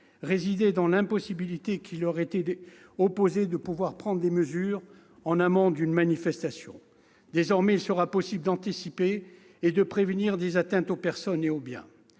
résidait dans l'impossibilité qui leur était opposée de prendre des mesures en amont d'une manifestation. Désormais, il sera possible d'anticiper et de prévenir des atteintes aux personnes et aux biens.